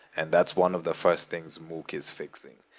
and that's one of the first things mookh is fixing.